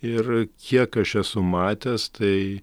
ir kiek aš esu matęs tai